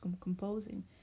composing